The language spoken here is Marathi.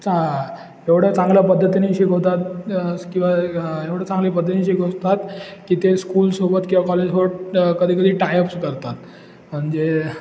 चा एवढं चांगल्या पद्धतीने शिकवतात किंवा एवढं चांगल्या पद्धतीने शिकवतात की ते स्कूलसोबत किंवा कॉलेजसो कधी कधी टायअप्स करतात म्हणजे